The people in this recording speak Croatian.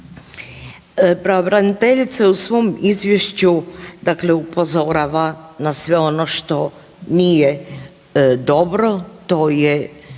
Pravobraniteljica u svom izvješću dakle upozorava na sve ono što nije dobro, to je